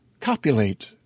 copulate